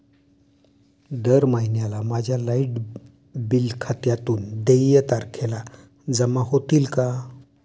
दर महिन्याला माझ्या लाइट बिल खात्यातून देय तारखेला जमा होतील का?